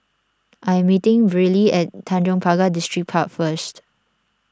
I am meeting Brylee at Tanjong Pagar Distripark first